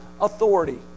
authority